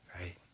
right